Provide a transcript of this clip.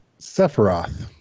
Sephiroth